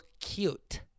cute